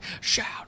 shout